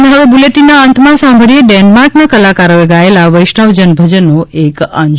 અને હવે બુલેટિનના અંતમાં સાંભળીએ ડેન્માર્કના કલાકારો એ ગાયેલા વૈષ્ણવ જન ભજનનો એક અંશ